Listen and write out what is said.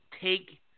take